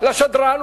לשדרן,